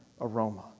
aroma